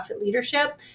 leadership